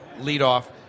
leadoff